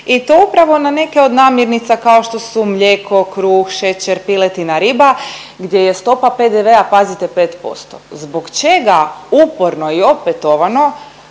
i to upravo na neke od namirnica kao što su mlijeko, kruh, šećer, piletina, riba, gdje je stopa PDV-a, pazite, 5%. Zbog čega uporno i opetovano